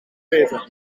peter